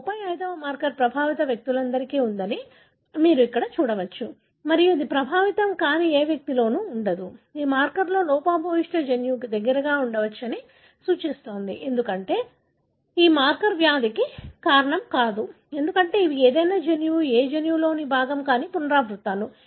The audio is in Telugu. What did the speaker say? ఈ 35 మార్కర్ ప్రభావిత వ్యక్తులందరిలో ఉందని మీరు ఇక్కడ చూడవచ్చు మరియు ఇది ప్రభావితం కాని ఏ వ్యక్తిలోనూ ఉండదు ఈ మార్కర్ లోపభూయిష్ట జన్యువుకు దగ్గరగా ఉండవచ్చని సూచిస్తుంది ఎందుకంటే ఈ మార్కర్ వ్యాధికి కారణం కాదు ఎందుకంటే ఇవి ఏదైనా జన్యువు ఏ జన్యువులో భాగం కాని పునరావృత్తులు